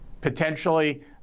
potentially